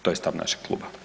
To je stav našeg kluba.